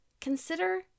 consider